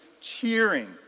cheering